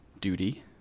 duty